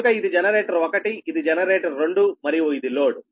కనుక ఇది జనరేటర్ 1ఇది జనరేటర్ 2 మరియు ఇది లోడ్